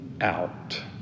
out